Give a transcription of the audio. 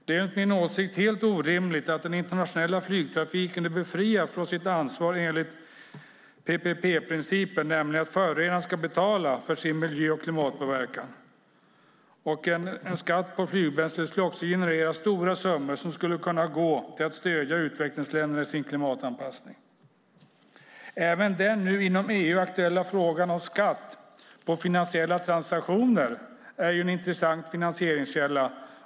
Det är enligt min åsikt orimligt att den internationella flygtrafiken är befriad från sitt ansvar enligt PPP-principen, nämligen att förorenaren ska betala för sin miljö och klimatpåverkan. En skatt på flygbränsle skulle också generera stora summor som skulle kunna gå till att stödja utvecklingsländerna i deras klimatanpassning. Även den nu inom EU aktuella frågan om skatt på finansiella transaktioner är intressant. Det är en intressant finansieringskälla.